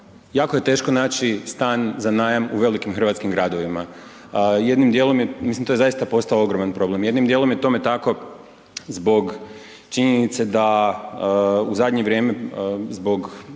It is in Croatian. jako je teško naći stan za najam u velikim hrvatskim gradovima. Jednim dijelom je, mislim, to je zaista postao ogroman problem. Jednim dijelom je tome tako zbog činjenice da u zadnje vrijeme zbog